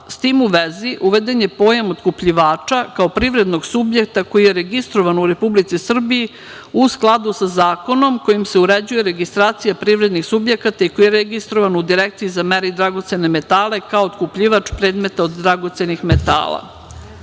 S tim u vezi, uveden je pojam otkupljivača kao privrednog subjekta koji je registrovan u Republici Srbiji u skladu sa zakonom kojim se uređuje registracija privrednih subjekata i koji je registrovan u Direkciji za mere i dragocene metale kao otkupljivač predmeta od dragocenih metala. Otkup